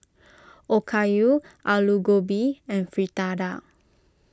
Okayu Alu Gobi and Fritada